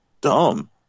dumb